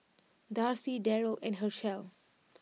Darcy Darryll and Hershell